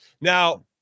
Now